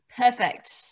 Perfect